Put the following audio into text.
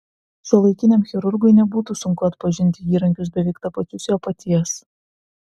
šiuolaikiniam chirurgui nebūtų sunku atpažinti įrankius beveik tapačius jo paties